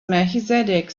melchizedek